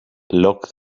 lock